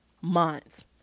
months